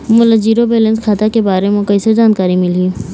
मोला zero balance खाता के बारे म कैसे जानकारी मिलही?